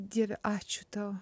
dieve ačiū tau